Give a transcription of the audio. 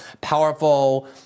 powerful